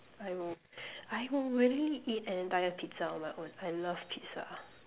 I don't know I would willingly eat an entire pizza on my own I love pizza